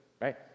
right